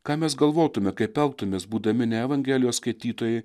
ką mes galvotume kaip elgtumės būdami ne evangelijos skaitytojai